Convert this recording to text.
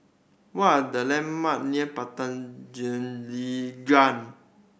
what are the landmark near Padang